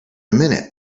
minute